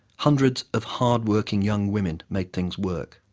hundreds of hard working young women made things work.